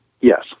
Yes